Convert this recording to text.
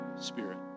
Spirit